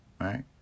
Right